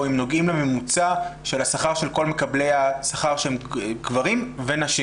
או הם נוגעים לממוצע של השכר של כל מקבלי השכר שהם גברים ונשים?